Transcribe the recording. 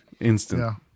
instant